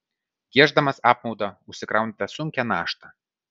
gieždamas apmaudą užsikraunate sunkią naštą